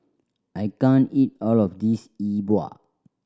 I can't eat all of this Yi Bua